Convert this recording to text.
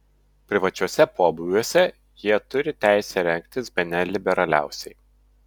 privačiuose pobūviuose jie turi teisę rengtis bene liberaliausiai